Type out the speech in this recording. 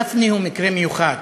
גפני הוא מקרה מיוחד,